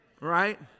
Right